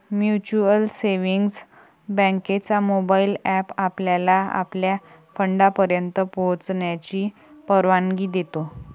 mutual savings बँकेचा mobile app आपल्याला आपल्या फंडापर्यंत पोहोचण्याची परवानगी देतो